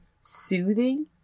soothing